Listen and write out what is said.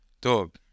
Dog